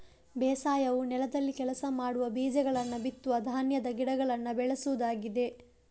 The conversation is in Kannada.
ಬೇಸಾಯವು ನೆಲದಲ್ಲಿ ಕೆಲಸ ಮಾಡುವ, ಬೀಜಗಳನ್ನ ಬಿತ್ತುವ ಧಾನ್ಯದ ಗಿಡಗಳನ್ನ ಬೆಳೆಸುವುದಾಗಿದೆ